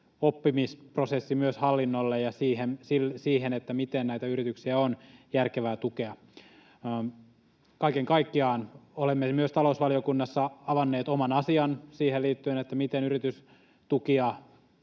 oppimisprosessi myös hallinnolle siihen, miten näitä yrityksiä on järkevää tukea. Kaiken kaikkiaan olemme myös talousvaliokunnassa avanneet oman asian siihen liittyen, miten yritystukia